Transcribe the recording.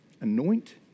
Anoint